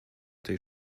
tej